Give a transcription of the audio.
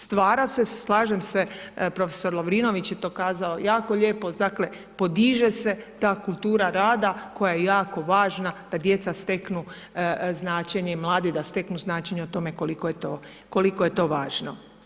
Stvara se, slažem se, prof. Lovrinović je to rekao jako lijepo, podiže se ta kultura rada koja je jako važna da djeca steknu značenje i mladi da steknu značenje o tome koliko je to važno.